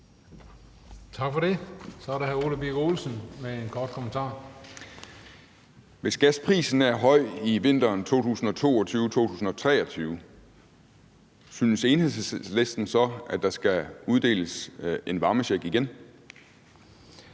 Hvis gasprisen er høj i vinteren 2022 og 2023, synes Enhedslisten så, at der skal uddeles en varmecheck igen?